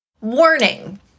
warning